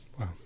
Wow